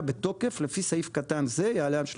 בתוקף לפי סעיף קטן זה יעלה על שלושה.